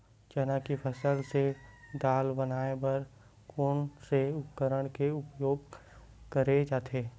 चना के फसल से दाल बनाये बर कोन से उपकरण के उपयोग करे जाथे?